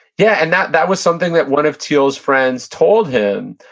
yeah, and that that was something that one of thiel's friends told him,